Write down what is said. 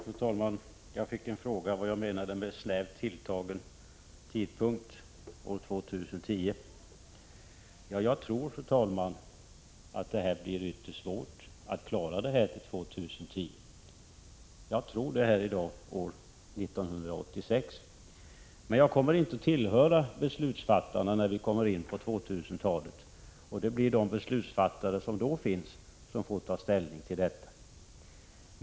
Fru talman! Jag fick en fråga om vad jag menade med att år 2010 skulle vara en snävt tilltagen tidpunkt. Jag tror att det blir ytterst svårt att klara en avveckling till 2010. Jag tror det i dag, år 1986. Men jag kommer inte att tillhöra beslutsfattarna när vi kommer in på 2000-talet. Det blir de beslutsfattare som då finns som får ta ställning till detta.